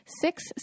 six